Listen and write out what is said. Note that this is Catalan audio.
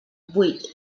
vuit